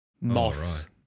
Moss